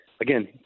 again